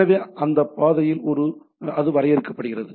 எனவே இந்த பாதையில் அது வரையறுக்கப்படுகிறது